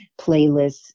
playlists